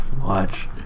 watch